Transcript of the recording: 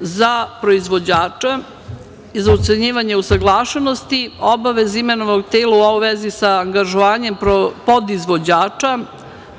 za proizvođača, za ocenjivanje usaglašenosti obaveze imenovanog tela u vezi sa angažovanjem podizvođača,